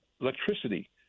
electricity